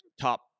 top